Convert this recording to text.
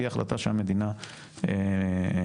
תהיה החלטה שהמדינה מקבלת,